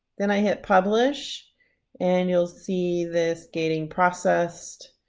then i hit publish and you'll see this getting processed,